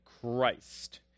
Christ